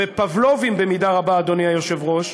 ופבלוביים במידה רבה, אדוני היושב-ראש,